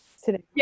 today